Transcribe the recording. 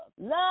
Love